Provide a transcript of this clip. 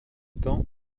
temps